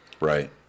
right